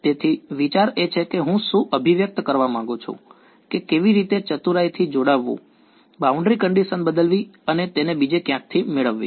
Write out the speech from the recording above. તેથી વિચાર એ છે કે હું શું અભિવ્યક્ત કરવા માંગુ છું કે કેવી રીતે ચતુરાઈથી જોડવું બાઉન્ડ્રી કંડીશન બદલવી અને તેને બીજે ક્યાંકથી મેળવવી